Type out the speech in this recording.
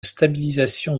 stabilisation